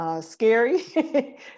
scary